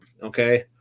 Okay